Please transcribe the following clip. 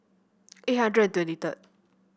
eight hundred twenty third